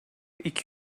iki